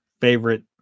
favorite